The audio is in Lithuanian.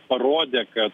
parodė kad